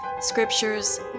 scriptures